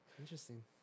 Interesting